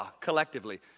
collectively